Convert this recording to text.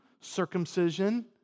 circumcision